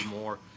more